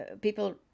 people